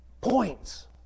points